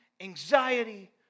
anxiety